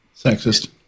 Sexist